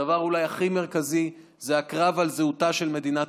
הדבר הכי מרכזי אולי זה הקרב על זהותה של מדינת